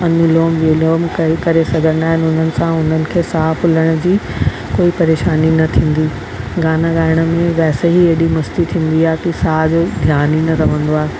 अनूलोम विलोम करे करे सघंदा आहिनि उन्हनि सां उन्हनि खे साह फुलण जी कोई परेशानी न थींदी गाना ॻाइण में वैसे बि एॾी मस्ती थींदी आहे की साह जो ध्यानु ई न रहंदो आहे